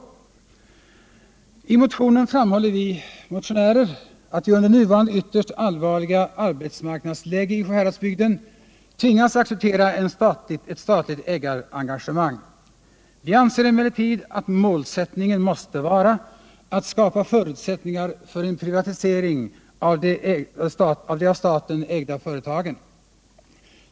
I motionen framhåller vi att man i nuvarande ytterst allvarliga läge i Sjuhäradsbygden tvingas acceptera ett statligt ägarengagemang. Vi anser emellertid att målsättningen måste vara att skapa förutsättningar för en privatisering av de av staten ägda företagen.